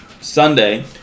Sunday